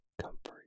comfort